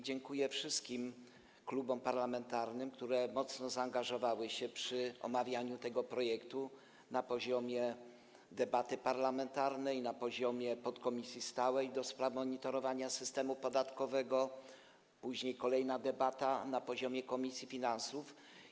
Dziękuję wszystkim klubom parlamentarnym, które mocno zaangażowały się przy omawianiu tego projektu na poziomie debaty parlamentarnej, na poziomie podkomisji stałej do spraw monitorowania systemu podatkowego, później podczas kolejnej debaty na poziomie Komisji Finansów.